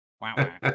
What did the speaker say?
Wow